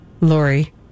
Lori